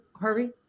Harvey